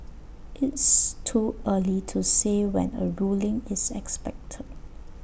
it's too early to say when A ruling is expected